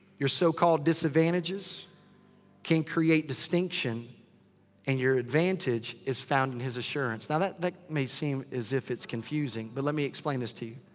your so called disadvantages can create distinction and your advantage is found in his assurance now that that may seem as if it's confusing. but lemme explain this to you.